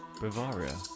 Bavaria